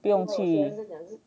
不用去